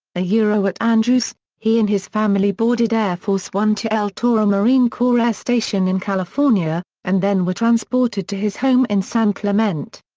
ah yeah at andrews, he and his family boarded air force one to el toro marine corps air station in california, and then were transported to his home in san clemente.